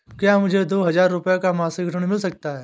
क्या मुझे दो हजार रूपए का मासिक ऋण मिल सकता है?